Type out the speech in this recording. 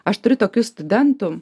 aš turiu tokių studentų